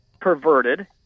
perverted